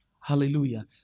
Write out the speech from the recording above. Hallelujah